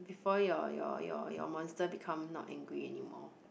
before your your your your monster become not angry anymore